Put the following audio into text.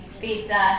pizza